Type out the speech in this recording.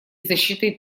защитой